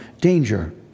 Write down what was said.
danger